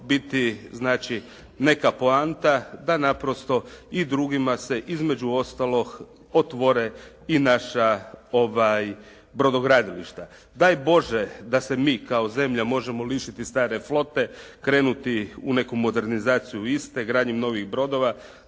znači neka poanta da naprosto i drugima se između ostalog otvore i naša brodogradilišta. Daj Bože da se mi kao zemlja možemo lišiti stare flote, krenuti u neku modernizaciju iste gradnjom novih brodova,